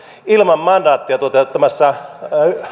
ilman mandaattia toteuttamassa